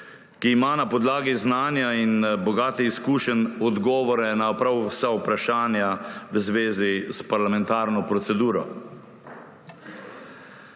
ki ima na podlagi znanja in bogatih izkušenj odgovore na prav vsa vprašanja v zvezi s parlamentarno proceduro.